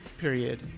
period